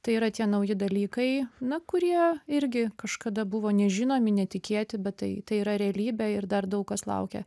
tai yra tie nauji dalykai na kurie irgi kažkada buvo nežinomi netikėti bet tai tai yra realybė ir dar daug kas laukia